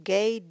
Gay